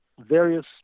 various